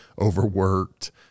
overworked